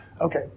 Okay